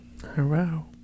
Hello